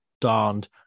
darned